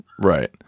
Right